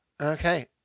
Okay